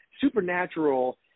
supernatural